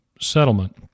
settlement